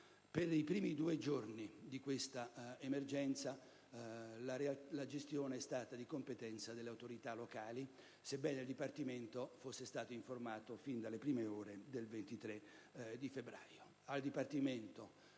Per i primi due giorni dell'emergenza, la gestione è stata di competenza delle autorità locali, sebbene il Dipartimento fosse stato informato sin dalle prime ore del 23 febbraio.